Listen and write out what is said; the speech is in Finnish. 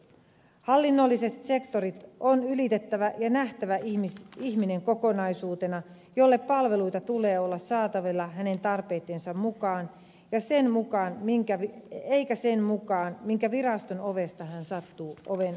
hallinnolliset sektorit on ylitettävä ja nähtävä ihminen kokonaisuutena jolle palveluita tulee olla saatavilla hänen tarpeittensa mukaan eikä sen mukaan minkä viraston oven hän sattuu aukaisemaan